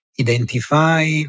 Identify